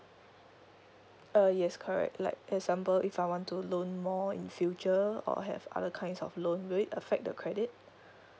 err yes correct like example if I want to loan more in future or have other kinds of loan will it affect the credit